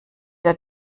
der